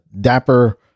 dapper